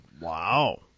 Wow